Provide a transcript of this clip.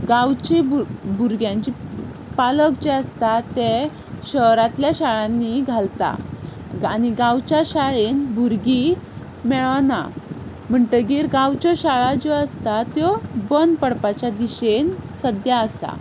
गांवच्या भु भुरग्यांचे पालक जे आसतात ते शारांतल्या शाळांनी घालता आनी गांवच्या शाळेन भुरगीं मेळना म्हणटगीर गांवच्यो शाळा ज्यो आसता त्यो बंद पडपाच्या दिशेन सद्या आसा